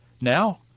Now